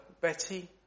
Betty